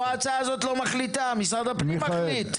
המועצה הזו לא מחליטה, משרד הפנים מחליט.